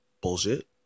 Bullshit